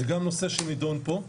זה גם נושא שנידון פה.